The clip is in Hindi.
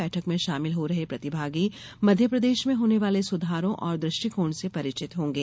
बैठक में शामिल हो रहे प्रतिभागी मध्यप्रदेश में होने वाले सुधारों और दृष्टिकोण से परिचित होंगे